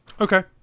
Okay